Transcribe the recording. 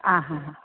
आं हां हां